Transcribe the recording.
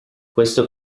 questo